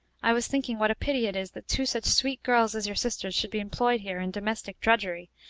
i was thinking what a pity it is that two such sweet girls as your sisters should be employed here in domestic drudgery,